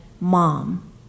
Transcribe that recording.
Mom